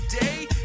day